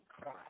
cry